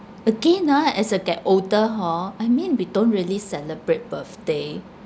again ah as I get older hor I mean we don't really celebrate birthday